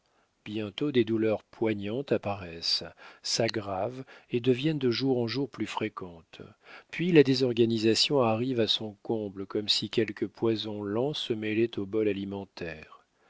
bientôt des douleurs poignantes apparaissent s'aggravent et deviennent de jour en jour plus fréquentes puis la désorganisation arrive à son comble comme si quelque poison lent se mêlait au bol alimentaire